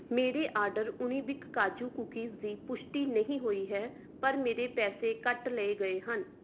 ਮੇਰੇ ਆਰਡਰ ਉਣੀਬਿਕ ਕਾਜੂ ਕੂਕੀਜ਼ ਦੀ ਪੁਸ਼ਟੀ ਨਹੀਂ ਹੋਈ ਹੈ ਪਰ ਮੇਰੇ ਪੈਸੇ ਕੱਟ ਲਏ ਗਏ ਹਨ